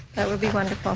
that would be wonderful.